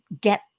get